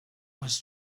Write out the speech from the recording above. was